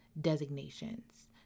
designations